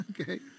Okay